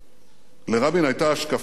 לרבין היתה השקפה ברורה,